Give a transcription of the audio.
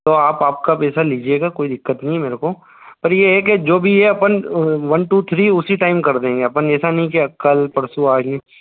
तो आप आपका पैसा लीजिएगा कोई दिक्कत नहीं है मेरे को पर यह है कि जो भी अपन वन टू थ्री उसी टाइम कर देंगे अपन ऐसा नहीं है कि कल परसु आइए